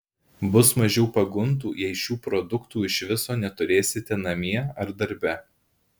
bus mažiau pagundų jei šių produktų iš viso neturėsite namie ar darbe